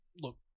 Look